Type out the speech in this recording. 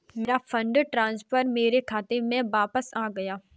मेरा fund transfer मेरे खाते में वापस आ गया है